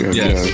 yes